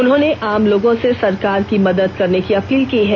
उन्होंने आम लोगों से सरकार की मदद करने की अपील की है